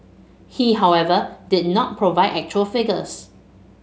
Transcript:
he however did not provide actual figures